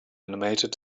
animated